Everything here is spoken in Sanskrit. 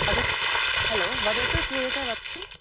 वदतु हलो वदतु श्रूयते वदतु